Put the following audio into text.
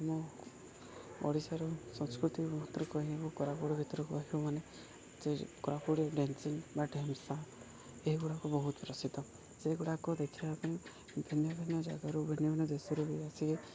ଆମ ଓଡ଼ିଶାର ସଂସ୍କୃତି ଭିତରୁ କହିବୁ କୋରାପୁଟ ଭିତରୁ କହିବୁ ମାନେ ଯେ କୋରାପୁଟ ଡେନ୍ସିଂ ବା ଢେମ୍ସା ଏଗୁଡ଼ାକ ବହୁତ ପ୍ରସିଦ୍ଧ ସେଗୁଡ଼ାକ ଦେଖିବା ପାଇଁ ଭିନ୍ନ ଭିନ୍ନ ଜାଗାରୁ ଭିନ୍ନ ଭିନ୍ନ ଦେଶରୁ ବି ଆସିକ